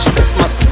Christmas